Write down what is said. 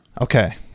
Okay